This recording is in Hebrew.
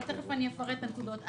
אבל תיכף אפרט את הנקודות.